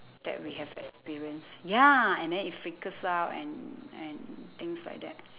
that we have experienced ya and then it freak us out and and things like that